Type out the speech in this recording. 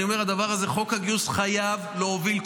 חוק הגיוס חייב להוביל,